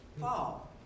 fall